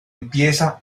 empieza